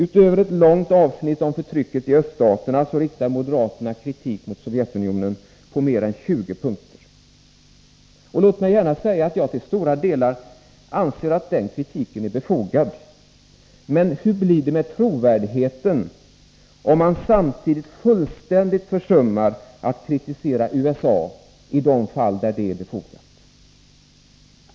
Utöver ett långt avsnitt om förtrycket i öststater riktar moderaterna kritik mot Sovjetunionen på mer än 20 punkter. Låt mig gärna säga att jag anser att kritiken till stor del är befogad. Men hur blir det med trovärdigheten om man samtidigt fullständigt försummar att kritisera USA i de fall där det är befogat?